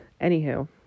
anywho